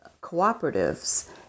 cooperatives